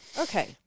okay